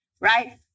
right